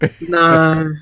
Nah